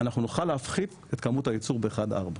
אנחנו נוכל להפחית את כמות הייצור ב-1-4,